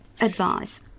advise